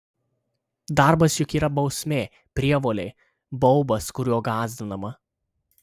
darbas juk yra bausmė prievolė baubas kuriuo gąsdinama